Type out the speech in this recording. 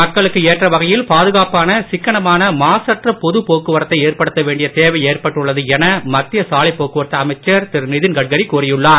மக்களுக்கு ஏற்ற வகையில் பாதுகாப்பான சிக்கனமான மாசற்ற பொது போக்குவரத்தை ஏற்படுத்த வேண்டிய தேவை ஏற்பட்டுள்ளது என மத்திய சாலைப் போக்குவரத்து அமைச்சர் திரு நிதின் கட்கரி கூறியுள்ளார்